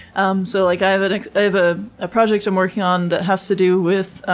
um so like i but i have a project i'm working on that has to do with, i